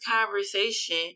conversation